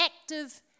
active